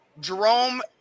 Jerome